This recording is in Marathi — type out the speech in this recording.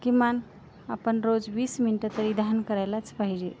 किमान आपण रोज वीस मिनटं तरी ध्यान करायलाच पाहिजे